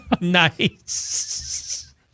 Nice